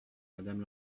madame